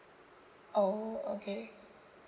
oh okay